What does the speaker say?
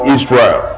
Israel